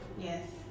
Yes